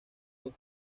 dos